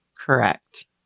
Correct